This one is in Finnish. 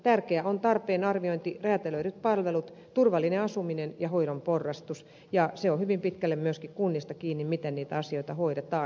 tärkeää on tarpeen arviointi räätälöidyt palvelut turvallinen asuminen ja hoidon porrastus ja se on hyvin pitkälle myöskin kunnista kiinni miten niitä asioita hoidetaan